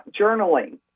journaling